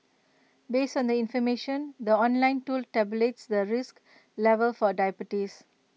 based on the information the online tool tabulates the risk level for diabetes